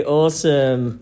awesome